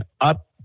up